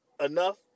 enough